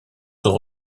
sont